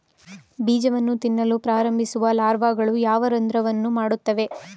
ಬೀಜವನ್ನು ತಿನ್ನಲು ಪ್ರಾರಂಭಿಸುವ ಲಾರ್ವಾಗಳು ಯಾವ ರಂಧ್ರವನ್ನು ಮಾಡುತ್ತವೆ?